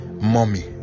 mommy